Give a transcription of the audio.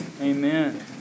Amen